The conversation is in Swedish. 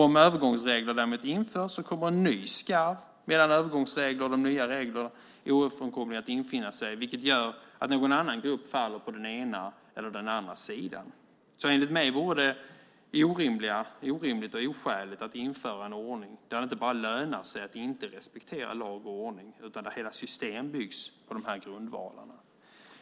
Om övergångsregler införs kommer en ny skarv mellan övergångsreglerna och de nya reglerna ofrånkomligen att infinna sig, vilket gör att någon annan grupp faller på den ena eller den andra sidan. Enligt mig vore det orimligt och oskäligt att införa en ordning där det inte bara lönar sig att inte respektera lag och ordning, utan där det byggs hela system på de här grundvalarna.